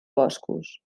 boscos